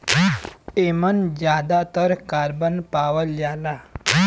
एमन जादातर कारबन पावल जाला